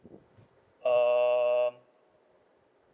um